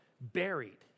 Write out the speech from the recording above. buried